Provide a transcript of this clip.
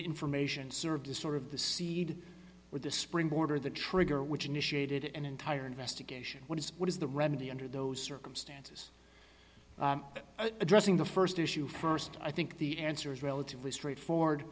information served to sort of the seed with a springboard or the trigger which initiated an entire investigation what is what is the remedy under those circumstances addressing the st issue st i think the answer is relatively straightforward